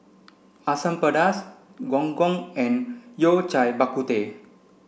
Asam Pedas Gong Gong and Yao Cai Bak Kut Teh